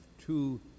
two